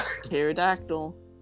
pterodactyl